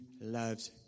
loves